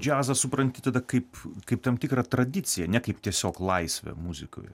džiazas supranti tada kaip kaip tam tikrą tradiciją ne kaip tiesiog laisvę muzikoj